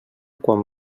quan